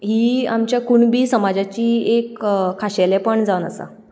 ही आमच्या कुणबी समाजाची एक खाशेलेंपण जावन आसा